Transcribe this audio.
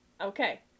Okay